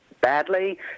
badly